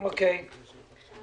רבותי, אני עושה הפסקה